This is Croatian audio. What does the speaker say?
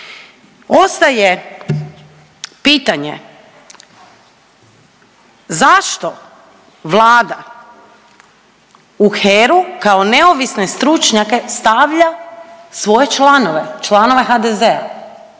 Ostaje pitanje zašto Vlada u HERA-u kao neovisne stručnjake stavlja svoje članove, članove HDZ-a?